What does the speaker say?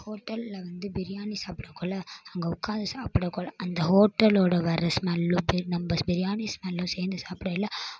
ஹோட்டலில் வந்து பிரியாணி சாப்பிடக்குள்ள அங்கே உட்காந்து சாப்பிடக்குள்ள அந்த ஹோட்டலோட வர்ற ஸ்மெல்லு வந்து நம்ம பிரியாணி ஸ்மெல்லு சேர்ந்து சாப்பிடையில